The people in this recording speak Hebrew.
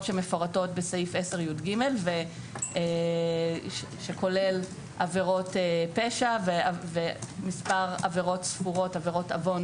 שמפורטות בסעיף 10יג שכולל עבירות פשע ומספר עבירות עוון